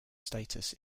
status